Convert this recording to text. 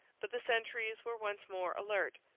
but the sentries were once more alert.